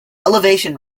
elevation